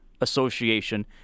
association